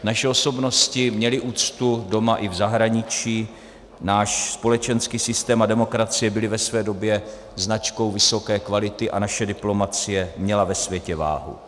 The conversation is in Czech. Naše osobnosti měly úctu doma i v zahraničí, náš společenský systém a demokracie byly ve své době značkou vysoké kvality a naše diplomacie měla ve světě váhu.